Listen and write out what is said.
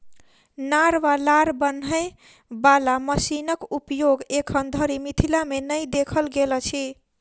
नार वा लार बान्हय बाला मशीनक उपयोग एखन धरि मिथिला मे नै देखल गेल अछि